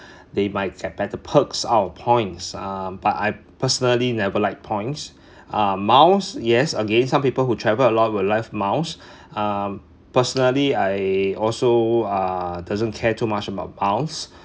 they might get better perks out of points um but I personally never like points uh miles yes again some people who travel a lot will love miles um personally I also uh doesn't care too much about miles